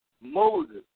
Moses